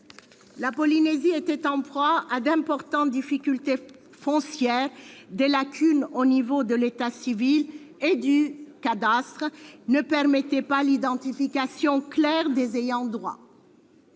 La Polynésie était en proie à d'importantes difficultés foncières, car des lacunes au niveau de l'état civil et du cadastre ne permettaient pas l'identification claire des ayants droit.